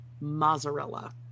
mozzarella